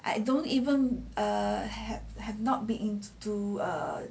I don't even err have have not been enough to uh